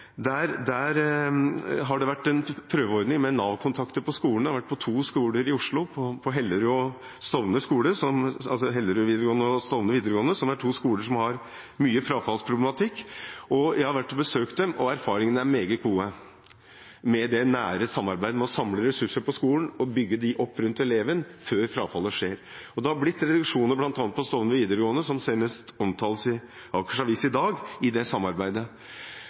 har vært en prøveordning med Nav-kontakter på skolen ved to skoler i Oslo, Hellerud og Stovner videregående, to skoler som har mye frafallsproblematikk. Jeg har vært og besøkt dem, og erfaringene med det nære samarbeidet er meget gode, ved å samle ressurser på skolen og bygge dem opp rundt eleven, før frafallet skjer. Det har blitt reduksjoner ved det samarbeidet bl.a. på Stovner videregående, noe som omtales i Akers Avis senest i dag. Jeg synes det